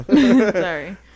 Sorry